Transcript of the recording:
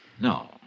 No